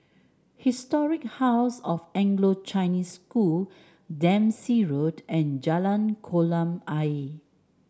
Historic House of Anglo Chinese School Dempsey Road and Jalan Kolam Ayer